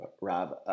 Rob